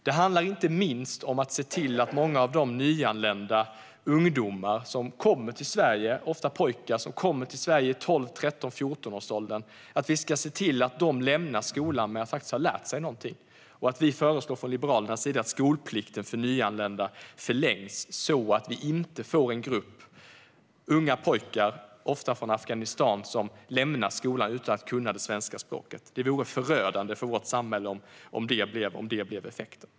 Det handlar inte minst om att vi ska se till att de nyanlända ungdomar, ofta pojkar, som kommer till Sverige i 12-13-14-årsåldern faktiskt har lärt sig någonting när de lämnar skolan. Vi föreslår från Liberalernas sida att skolplikten för nyanlända förlängs, så att vi inte får en grupp unga pojkar, ofta från Afghanistan, som lämnar skolan utan att kunna svenska språket. Det vore förödande för vårt samhälle om det blev effekten.